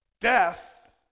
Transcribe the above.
Death